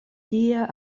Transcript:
tie